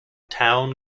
town